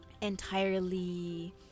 entirely